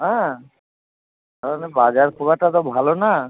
হ্যাঁ আমাদের বাজার খুব একটা তো ভালো না